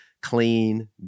clean